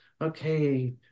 okay